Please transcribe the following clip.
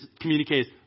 communicates